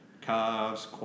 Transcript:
calves